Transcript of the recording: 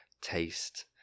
taste